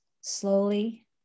slowly